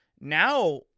Now